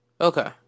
Okay